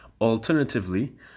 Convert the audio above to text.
Alternatively